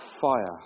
fire